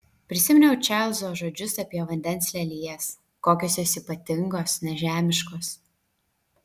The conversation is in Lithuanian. prisiminiau čarlzo žodžius apie vandens lelijas kokios jos ypatingos nežemiškos